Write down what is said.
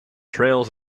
trails